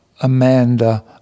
Amanda